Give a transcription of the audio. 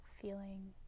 feeling